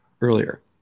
earlier